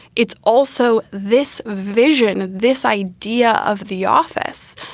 it's also this vision, this idea of the office.